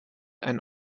ein